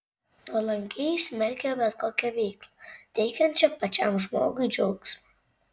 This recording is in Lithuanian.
nuolankieji smerkė bet kokią veiklą teikiančią pačiam žmogui džiaugsmą